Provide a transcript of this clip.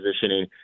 positioning